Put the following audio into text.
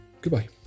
Goodbye